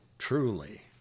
Truly